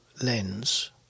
lens